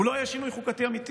הוא לא יהיה שינוי חוקתי אמיתי,